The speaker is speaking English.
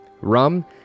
Rum